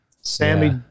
Sammy